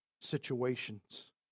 situations